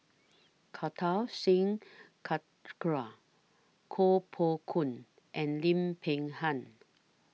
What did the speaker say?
Kartar Singh Thakral Koh Poh Koon and Lim Peng Han